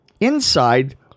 inside